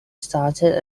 started